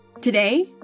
Today